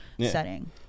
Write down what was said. setting